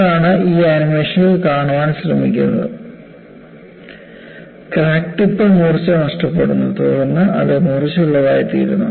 അതാണ് ഈ ആനിമേഷനിൽ കാണിക്കാൻ ശ്രമിക്കുന്നത് ക്രാക്ക് ടിപ്പ് മൂർച്ച നഷ്ടപ്പെടുന്നു തുടർന്ന് അത് മൂർച്ചയുള്ളതായിത്തീരുന്നു